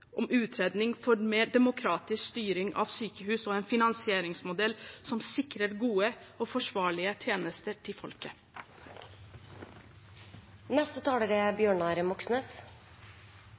om en utredning for mer demokratisk styring av sykehusene og for en finansieringsmodell som sikrer gode og forsvarlige tjenester til